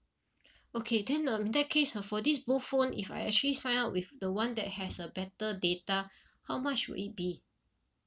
okay then um in that case uh for this both phone if I actually sign up with the one that has a better data how much will it be